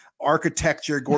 architecture